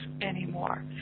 anymore